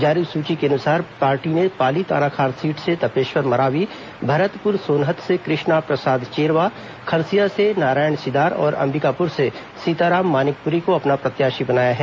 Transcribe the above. जारी सूची के अनुसार पार्टी ने पाली तानाखार सीट से तपेश्वर मरावी भरतपुर सोनहत से कृष्णा प्रसाद चेरवा खरसिया से नारायण सिदार और अम्बिकापुर से सीताराम मानिकपुरी को अपना प्रत्याशी बनाया है